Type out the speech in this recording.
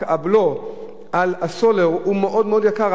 רק הבלו על הסולר הוא מאוד מאוד יקר.